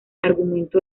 argumento